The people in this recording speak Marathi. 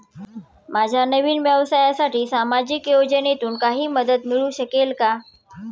माझ्या नवीन व्यवसायासाठी सामाजिक योजनेतून काही मदत मिळू शकेल का?